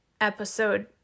episode